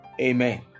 Amen